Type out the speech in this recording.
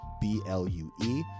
B-L-U-E